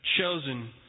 chosen